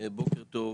בוקר טוב.